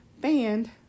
band